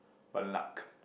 Ban Luck